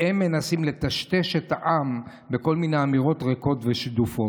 והם מנסים לטשטש את העם בכל מיני אמירות ריקות ושדופות.